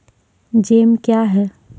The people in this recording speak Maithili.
जैम क्या हैं?